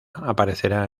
aparecerá